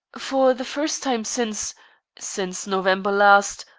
for the first time since since november last,